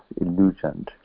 illusioned